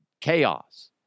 chaos